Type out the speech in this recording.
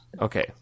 Okay